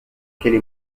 qu’elle